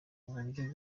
uburyo